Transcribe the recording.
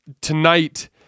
tonight